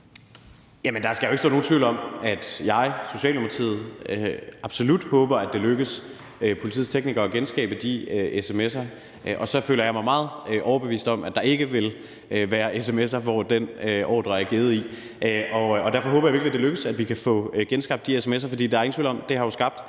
der skal ikke være nogen tvivl om, at Socialdemokratiet absolut håber, at det lykkes politiets teknikere at genskabe de sms'er. Og så føler jeg mig meget overbevist om, at der ikke vil være sms'er, hvori den ordre er givet. Derfor håber jeg virkelig, det lykkes at få genskabt de sms'er, for der er jo ingen tvivl om, at det har skabt